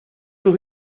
sus